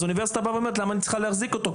אז האוניברסיטה באה ואומרת למה אני צריכה להחזיק אותו.